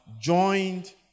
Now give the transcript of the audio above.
joined